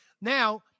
Now